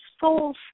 soul